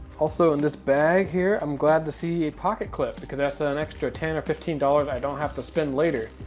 also in this bag here, i'm glad to see a pocket clip, because that's ah an extra ten dollars or fifteen dollars i don't have to spend later,